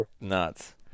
nuts